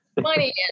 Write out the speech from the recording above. money